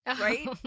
Right